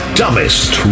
dumbest